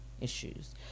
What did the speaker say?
issues